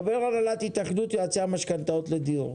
חבר הנהלת התאחדות יועצי המשכנתאות לדיור,